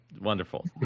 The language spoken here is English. wonderful